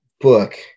book